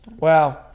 wow